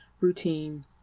routine